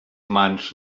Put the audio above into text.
mans